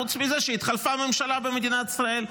חוץ מזה שהתחלפה הממשלה במדינת ישראל,